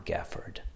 Gafford